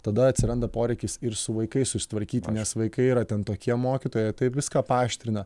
tada atsiranda poreikis ir su vaikais susitvarkyti nes vaikai yra ten tokie mokytojai jie taip viską paaštrina